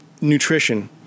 nutrition